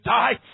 die